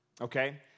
okay